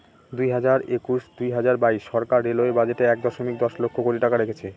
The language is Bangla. দুই হাজার একুশ দুই হাজার বাইশ সরকার রেলওয়ে বাজেটে এক দশমিক দশ লক্ষ কোটি টাকা রেখেছে